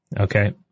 okay